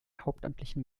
hauptamtlichen